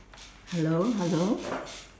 hello hello